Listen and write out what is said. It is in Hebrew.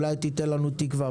אולי תיתן לנו תקווה.